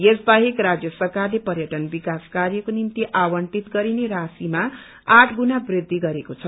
यस बाहेक राजय सरकारले पर्यटन विकास कार्यको निम्ति आवन्टित गरिने राशिमा आठ गुणा वृद्धि गरेको छ